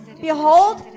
Behold